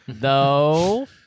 No